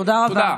תודה.